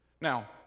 Now